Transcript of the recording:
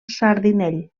sardinell